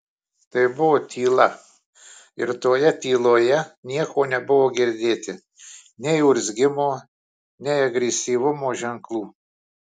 tai buvo tyla ir toje tyloje nieko nebuvo girdėti nei urzgimo nei agresyvumo ženklų